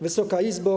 Wysoka Izbo!